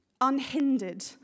unhindered